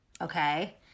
Okay